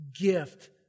gift